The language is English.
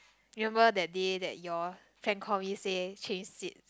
remember that day that you all prank call me say change seats